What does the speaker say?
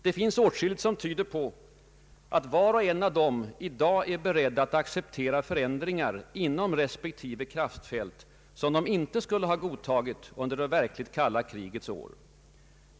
Det finns åtskilligt som tyder på att var och en av dem i dag är beredd att acceptera förändringar inom respektive kraftfält, som de icke skulle ha godtagit under det verkligt kalla krigets år.